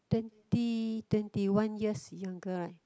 twenty twenty one years younger right